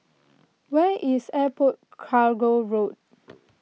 where is Airport Cargo Road